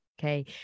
okay